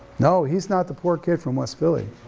no, he's not the poor kid from west philly.